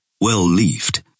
well-leafed